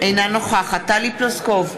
אינה נוכחת טלי פלוסקוב,